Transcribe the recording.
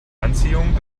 anziehung